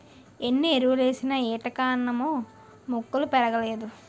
ఎన్నెరువులేసిన ఏటికారణమో మొక్కలు పెరగలేదు